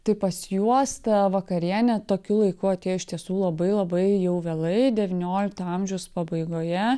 tai pas juos ta vakarienė tokiu laiku atėjo iš tiesų labai labai jau vėlai devyniolikto amžiaus pabaigoje